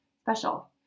special